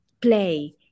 play